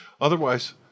Otherwise